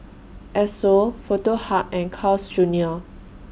Esso Foto Hub and Carl's Junior